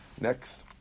Next